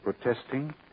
protesting